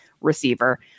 receiver